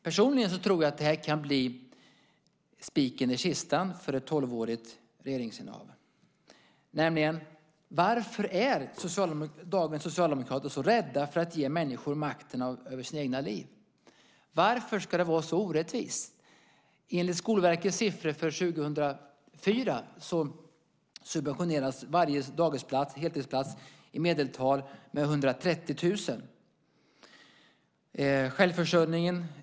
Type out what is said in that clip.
Personligen tror jag att det här kan bli spiken i kistan för ett tolvårigt regeringsinnehav. Varför är dagens socialdemokrater så rädda för att ge människor makten över sina egna liv? Varför ska det vara så orättvist? Enligt Skolverkets siffror för 2004 subventioneras varje heltidsplats på dagis med i medeltal 130 000 kr.